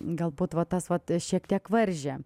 galbūt va tas vat šiek tiek varžė